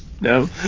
No